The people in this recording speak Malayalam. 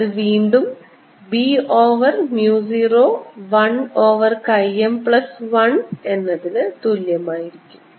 അത് വീണ്ടും b over mu 0 1 over chi m plus 1 എന്നതിന് തുല്യമായിരിക്കും